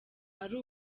ari